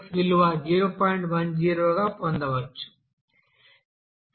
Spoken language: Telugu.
10 గా పొందవచ్చు